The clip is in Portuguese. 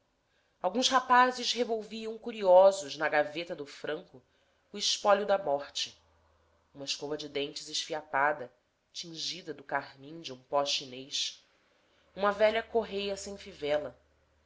alguns rapazes revolviam curiosos na gaveta do franco o espólio da morte uma escova de dentes esfiapada tingida do carmim de um pó chinês uma velha correia sem fivela